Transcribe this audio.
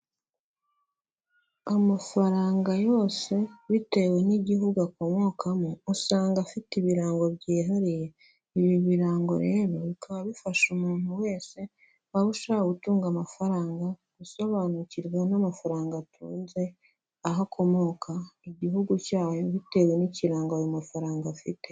Amafaranga yose bitewe n'igihugu akomokamo, usanga afite ibirango byihariye, ibi birango rero bikaba bifasha umuntu wese waba ushaka gutunga amafaranga gusobanukirwa n'amafaranga atunze, aho akomoka, igihugu cyayo, bitewe n'ikirango ayo mafaranga afite.